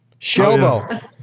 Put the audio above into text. Shelbo